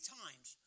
times